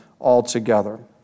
altogether